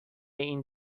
این